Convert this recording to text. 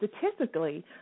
statistically